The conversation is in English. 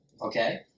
okay